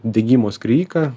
degimo skriejiką